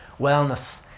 Wellness